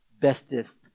bestest